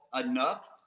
enough